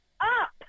up